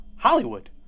Hollywood